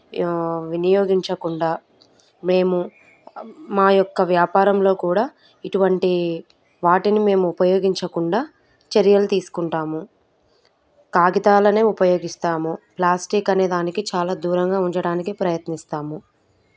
వినియోగించకుండా మేము మా యొక్క వ్యాపారంలో కూడా ఇటువంటి వాటిని మేము ఉపయోగించకుండా చర్యలు తీసుకుంటాము కాగితాలనే ఉపయోగిస్తాము ప్లాస్టిక్ అనే దానికి చాలా దూరంగా ఉంచడానికి ప్రయత్నిస్తాము